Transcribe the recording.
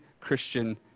Christian